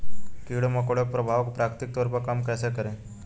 कीड़े मकोड़ों के प्रभाव को प्राकृतिक तौर पर कम कैसे करें?